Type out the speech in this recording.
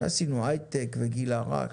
עשינו הייטק וגיל הרך.